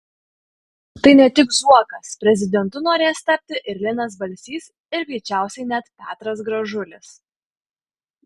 tai ne tik zuokas prezidentu norės tapti ir linas balsys ir greičiausiai net petras gražulis